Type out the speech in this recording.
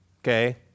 Okay